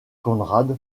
conrad